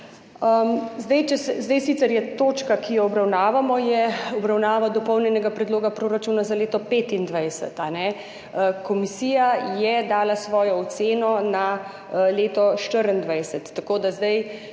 Zdaj je sicer točka, ki jo obravnavamo, obravnava Dopolnjenega predloga proračuna za leto 2025. Komisija je dala svojo oceno na leto 2024, tako da če